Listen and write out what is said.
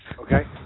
Okay